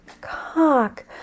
cock